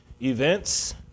events